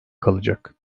kalacak